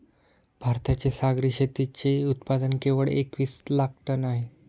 भारताचे सागरी शेतीचे उत्पादन केवळ एकवीस लाख टन आहे